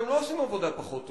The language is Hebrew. והם לא עושים עבודה פחות טובה.